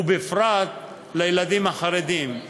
ובפרט לילדים החרדים.